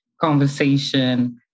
conversation